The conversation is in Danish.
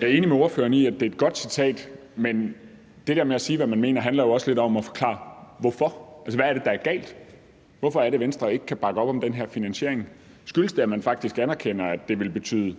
Jeg er enig med ordføreren i, at det er et godt citat, men det der med at sige, hvad man mener, handler jo også lidt om at forklare hvorfor. Altså, hvad er det, der er galt? Hvorfor er det, at Venstre ikke kan bakke op om den her finansiering? Skyldes det, at man faktisk anerkender, at det vil betyde